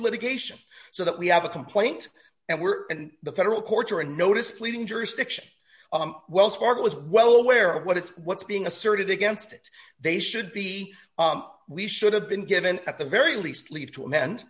litigation so that we have a complaint and we're in the federal court or a notice pleading jurisdiction wells fargo is well aware of what it's what's being asserted against it they should be we should have been given at the very least leave to amen